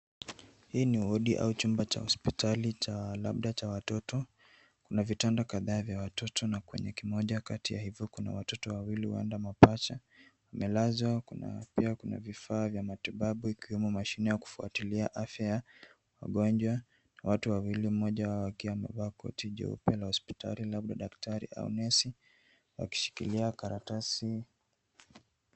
Hii ni wodi au chumba cha hospitali cha, labda cha watoto. Kuna vitanda kadhaa vya watoto na kwenye kimoja kati ya hivyo, kuna watoto wawili huenda mapacha amelazwa. Kuna, pia kuna vifaa vya matibabu ikiwemo mashine ya kufuatilia afya ya wagonjwa. Watu wawili mmoja wao akiwa amevaa koti jeupe la hospitali, labda daktari au nesi wakishikilia karatasi.